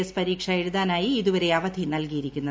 S പരീക്ഷ എഴുതാനായി ഇതുവരെ അവധി നൽകിയിരിക്കുന്നത്